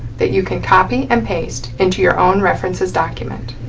that you can copy and paste into your own references document.